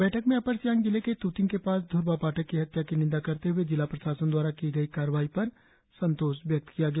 बैठक में अपर सियांग जिले के तुतिंग के पास ध्ररबा पाठक की हत्या की निंदा करते हुए जिला प्रशासन द्वारा की गई कार्रवाई पर संतोष व्यक्त किया गया